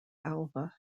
alva